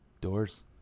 Doors